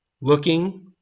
looking